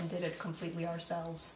and did it completely ourselves